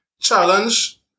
challenge